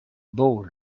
ball